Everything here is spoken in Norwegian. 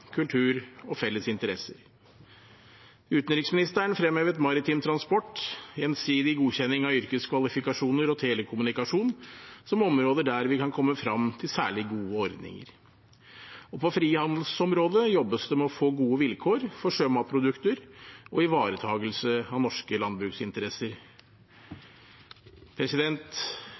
kultur og felles interesser. Utenriksministeren fremhevet maritim transport, gjensidig godkjenning av yrkeskvalifikasjoner og telekommunikasjon som områder der vi kan komme frem til særlig gode ordninger. På frihandelsområdet jobbes det med å få gode vilkår for sjømatprodukter og ivaretakelse av norske landbruksinteresser.